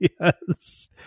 Yes